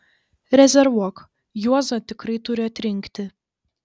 rezervuok juozą tikrai turi atrinkti